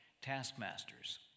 taskmasters